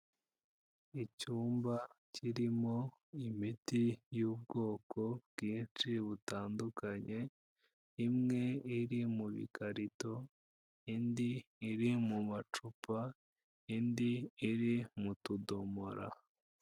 Icyumba kirimo imiti y'ubwoko bwinshi butandukanye, imwe iri mu bikarito indi iri mu macupa, indi iri mu tudomoro.